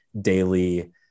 daily